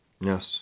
Yes